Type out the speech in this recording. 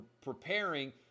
preparing